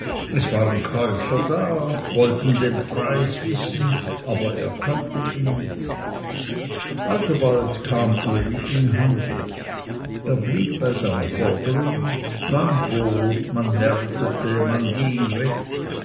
es waren käufer da wollten den preis wissen und er kannte ihn nicht alsobald kam uli in handel er blieb bei seiner forderung man bot man märtete man ging weg